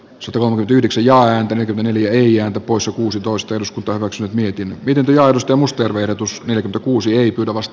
sutelan yhdeksi ja ääntä neljä poissa kuusitoista eduskunta hyväksyi mietin vihjailusta muste verotus ja kuusi ei kovast